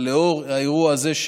אבל לנוכח האירוע הזה,